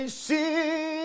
see